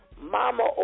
mama